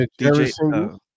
DJ